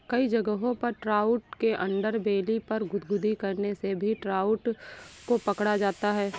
कई जगहों पर ट्राउट के अंडरबेली पर गुदगुदी करने से भी ट्राउट को पकड़ा जाता है